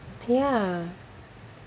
ya